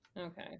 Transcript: okay